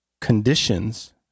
conditions